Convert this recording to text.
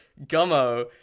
Gummo